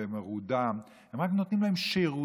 בעוניים ובמרודם, הם רק נותנים להם שירותים.